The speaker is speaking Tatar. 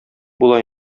була